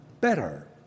better